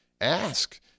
ask